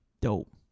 Dope